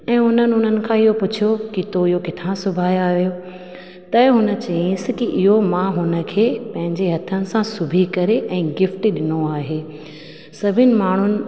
ऐं उन्हनि उन्हनि खां इहो पुछियो की तूं इहो किथा सिबाया आहियो त हुन चइसि की इहो मां हुन खे पंहिंजे हथनि सां सिबी करे ऐं गिफ्ट ॾिनो आहे सभिनि माण्हुनि